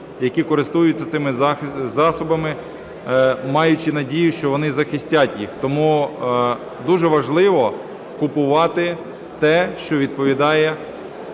які користуються цими засобами, маючи надію, що вони захистять їх. Тому дуже важливо купувати те, що відповідає